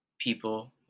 People